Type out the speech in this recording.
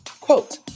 Quote